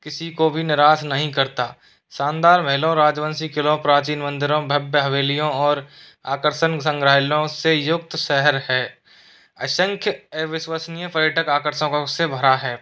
किसी को भी निराश नहीं करता शानदार महलों राजवंशी किलो प्राचीन मंदिरों भव्य हवेलियों और आकर्षण संग्रहालयों से युक्त शहर है असंख्य अविश्वशनीय पर्यटक आकर्षकों से भरा है